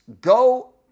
go